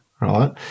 right